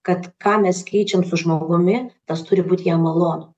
kad ką mes keičiam su žmogumi tas turi būt jam malonu